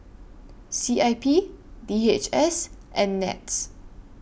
C I P D H S and Nets